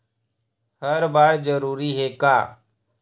हर बार जरूरी हे का?